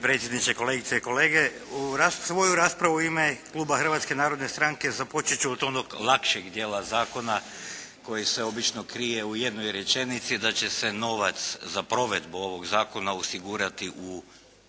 Hrvatske narodne stranke započet ću od onog lakšeg dijela zakona koji se obično krije u jednoj rečenici da će se novac za provedbu ovog zakona osigurati u